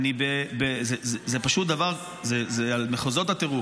זה פשוט דבר שהוא על מחוזות הטירוף.